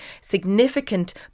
significant